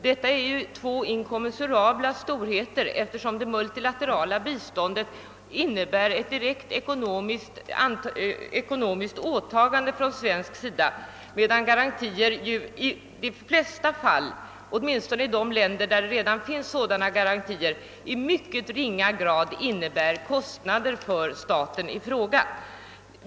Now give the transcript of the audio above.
Detta är två inkommensurabla storheter, eftersom det multilaterala biståndet innebär ett direkt ekonomiskt åtagande från svensk sida, medan garantier i de flesta fall, åtminstone i de länder där sådana garantier redan finns, i mycket ringa grad innebär kostnader för staten i fråga.